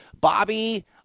Bobby